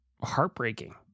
heartbreaking